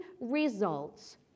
results